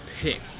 pick